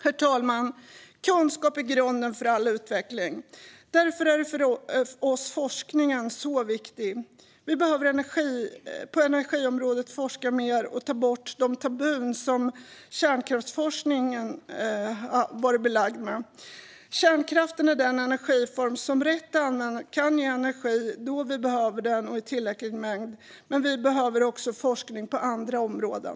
Herr talman! Kunskap är grunden för all utveckling. Det är därför forskningen är så viktig för oss. Vi behöver forska mer på energiområdet och ta bort de tabun som kärnkraftsforskningen varit belagd med. Kärnkraft är den energiform som rätt använd kan ge energi då vi behöver den och i tillräcklig mängd. Men vi behöver också forskning på andra områden.